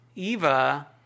Eva